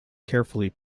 carefully